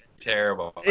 terrible